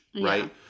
right